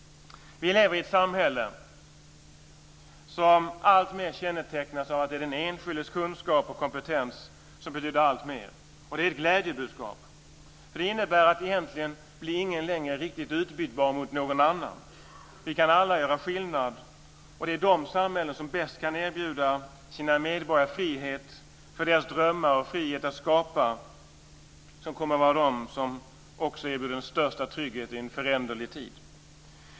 Vi lever i ett samhälle som alltmer kännetecknas av att det är den enskildes kunskap och kompetens som betyder alltmer. Det är ett glädjebudskap. Det innebär egentligen att ingen längre är riktigt utbytbar mot någon annan. Vi kan alla göra skillnad. Det är i de samhällen som bäst kan erbjuda sina medborgare frihet för deras drömmar och frihet att skapa som kommer att vara de samhällen som ger den största tryggheten i en föränderlig tid.